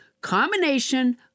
combination